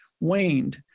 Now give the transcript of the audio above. waned